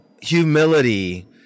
humility